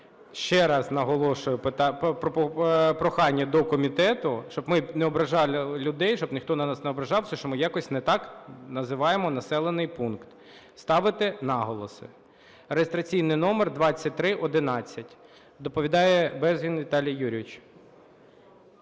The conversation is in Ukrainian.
Ще раз наголошую, прохання до комітету, щоб ми не ображали людей, щоб ніхто не ображався, що ми якось не так називаємо населений пункт, ставити наголоси (реєстраційний номер 2311). Доповідає Безгін Віталій Юрійович.